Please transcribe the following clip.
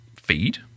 feed